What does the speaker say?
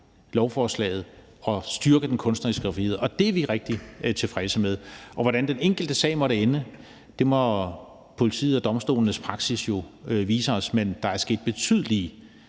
lovforslaget og styrke den kunstneriske frihed, og det er vi rigtig tilfredse med. Hvordan den enkelte sag måtte ende, må politiet og domstolenes praksis jo vise os, men der er sket betydelige